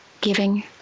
giving